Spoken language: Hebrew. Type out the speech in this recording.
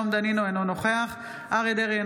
אינו נוכח אריה מכלוף דרעי,